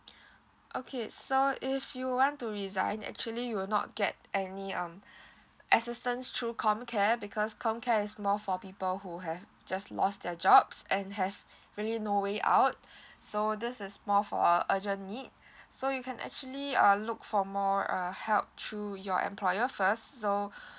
okay so if you want to resign actually you will not get any um assistance through comcare because comcare is more for people who have just lost their jobs and have really no way out so this is more for urgent need so you can actually uh look for more err help through your employer first so